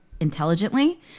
intelligently